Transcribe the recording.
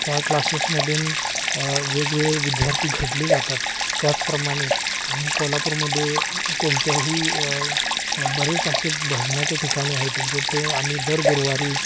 त्या क्लासेसमधून वेगवेगळे विद्यार्थी घडले जातात त्याचप्रमाणे आम्ही कोल्हापूरमध्ये कोणत्याही बरेच असे भजनाचे ठिकाणी आहेत जेथे आम्ही दर गुरुवारी